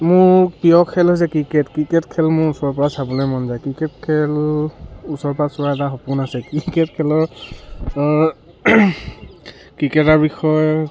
মোৰ প্ৰিয় খেল হৈছে ক্ৰিকেট ক্ৰিকেট খেল মোৰ ওচৰৰ পৰা চাবলে মন যায় ক্ৰিকেট খেল ওচৰৰ পৰা চোৱা এটা সপোন আছে ক্ৰিকেট খেলৰ ক্ৰিকেটৰ বিষয়ে